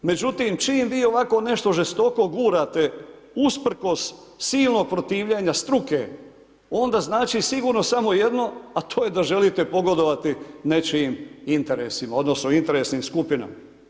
Međutim, čim vi ovako nešto žestoko gurate usprkos silnog protivljenja struke onda znači sigurno samo jedno a to je da želite pogodovati nečijim interesima, odnosno interesnim skupinama.